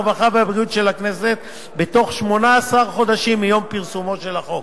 הרווחה והבריאות של הכנסת בתוך 18 חודשים מיום פרסומו של החוק.